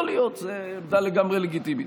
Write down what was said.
יכול להיות, זאת עמדה לגמרי לגיטימית.